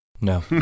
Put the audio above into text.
no